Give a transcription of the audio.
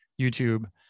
YouTube